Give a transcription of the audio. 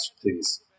please